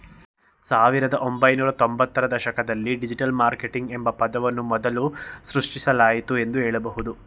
ಸಾವಿರದ ಒಂಬೈನೂರ ತ್ತೊಂಭತ್ತು ರ ದಶಕದಲ್ಲಿ ಡಿಜಿಟಲ್ ಮಾರ್ಕೆಟಿಂಗ್ ಎಂಬ ಪದವನ್ನು ಮೊದಲು ಸೃಷ್ಟಿಸಲಾಯಿತು ಎಂದು ಹೇಳಬಹುದು